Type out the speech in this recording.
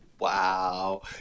Wow